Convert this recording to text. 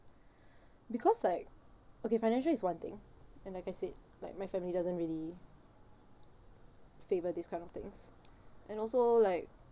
because like okay financial is one thing and like I said like my family doesn't really favour these kind of things and also like